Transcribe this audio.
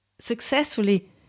successfully